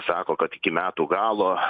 sako kad iki metų galo